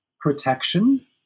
protection